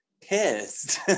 pissed